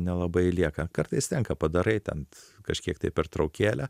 nelabai lieka kartais tenka padarai ten kažkiek tai pertraukėlę